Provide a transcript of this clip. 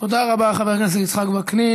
תודה רבה, חבר הכנסת יצחק וקנין.